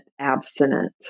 abstinent